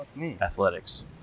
athletics